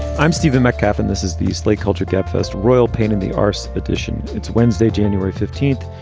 i'm stephen metcalf and this is the slate culture gabfest, royal pain in the arse petition. it's wednesday, january fifteenth,